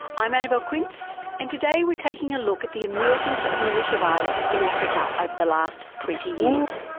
i'm annabelle quince and today we're taking a look at the emergence of militia violence in africa over the last twenty years.